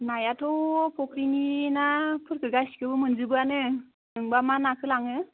नायाथ' फुख्रिनि नाफोरखो गासिखोबो मोनजोबोआनो नोंबा मा नाखौ लाङो